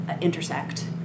intersect